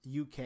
UK